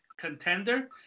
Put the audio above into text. contender